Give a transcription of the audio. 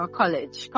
college